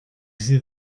see